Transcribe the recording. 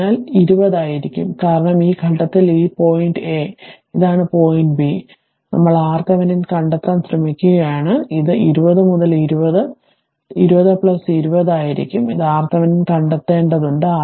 അതിനാൽ ഇത് 20 ആയിരിക്കും കാരണം ഈ ഘട്ടത്തിൽ ഇത് പോയിന്റ് എ ഇതാണ് പോയിന്റ് ബി ഞങ്ങൾ ആർടിവെനിൻ കണ്ടെത്താൻ ശ്രമിക്കുകയാണ് അതിനാൽ ഇത് 20 മുതൽ 20 വരെ 20 20 ആയിരിക്കും ഇത് RThevenin കണ്ടെത്തേണ്ടതുണ്ട്